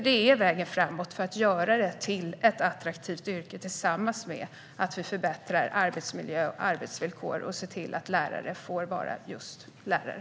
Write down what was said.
Det är vägen framåt för att göra läraryrket till ett attraktivt yrke tillsammans med att vi förbättrar arbetsmiljö och arbetsvillkor och ser till att lärare får vara just lärare.